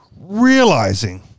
realizing